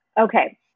Okay